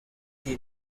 ken